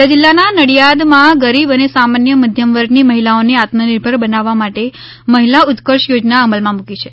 ખેડા જિલ્લાના નડિયામાં ગરીબ અને સામાન્ય મધ્યમવર્ગની મહિલાઓને આત્મનિર્ભર બનાવવા માટે મહિલા ઉત્કર્ષ યોજના અમલમાં મૂકી છે